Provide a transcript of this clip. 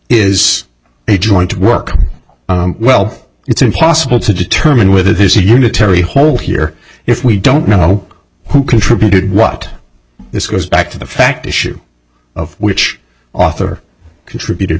is a joint work well it's impossible to determine whether there's a unitary whole here if we don't know who contributed what this goes back to the fact issue of which author contributed